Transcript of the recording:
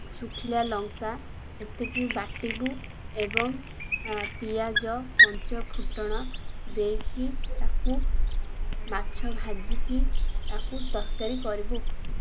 ଶୁଖିଲା ଲଙ୍କା ଏତିକି ବାଟିବୁ ଏବଂ ପିଆଜ ପଞ୍ଚ ଫୁଟଣ ଦେଇକି ତାକୁ ମାଛ ଭାଜିକି ତାକୁ ତରକାରୀ କରିବୁ